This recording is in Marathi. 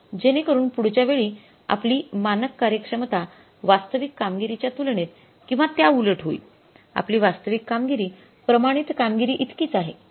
जेणेकरून पुढच्या वेळी आपली मानक कार्यक्षमता वास्तविक कामगिरीच्या तुलनेत किंवा त्याउलट होईल आपली वास्तविक कामगिरी प्रमाणित कामगिरीइतकीच आहे